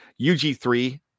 UG3